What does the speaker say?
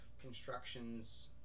constructions